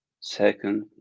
second